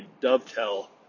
dovetail